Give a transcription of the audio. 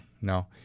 no